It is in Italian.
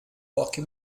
pochi